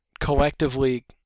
collectively